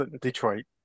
Detroit